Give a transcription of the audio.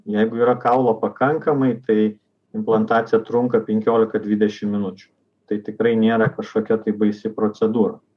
jeigu yra kaulo pakankamai tai implantacija trunka penkliolika dvidešim minuč tai tikrai nėra kažkokia tai baisi procedūra